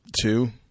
Two